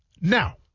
Now